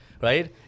right